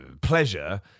pleasure